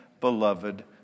beloved